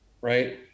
right